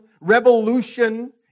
revolution